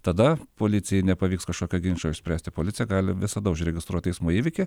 tada policijai nepavyks kažkokio ginčo išspręsti policija gali visada užregistruoti eismo įvykį